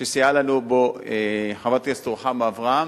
שסייעה לנו בו חברת הכנסת רוחמה אברהם.